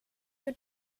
you